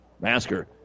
Masker